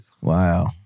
Wow